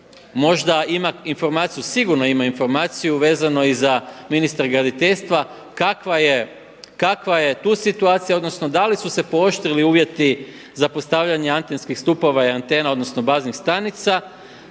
možda ima informaciju, sigurno ima informaciju vezano i za ministra graditeljstva kakva je tu situacija, odnosno da li su se pooštrili uvjeti za postavljanje antenskih stupova i antena odnosno baznih stanica,